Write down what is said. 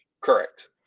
Correct